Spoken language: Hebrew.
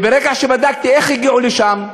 וברגע שבדקתי איך הגיעו לשם,